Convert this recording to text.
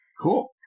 Cool